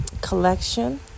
collection